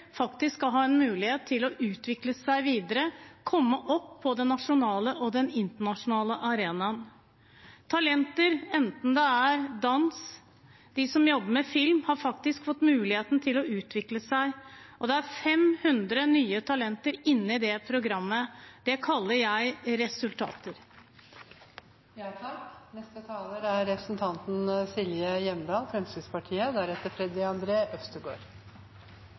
faktisk skal ha en mulighet til å utvikle seg videre og komme opp på den nasjonale og den internasjonale arenaen. Talenter, enten det er innen dans eller de som jobber med film, har faktisk fått muligheten til å utvikle seg, og det er 500 nye talenter inne i det programmet. Det kaller jeg resultater. Det er